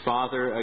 Father